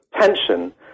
tension